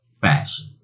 fashion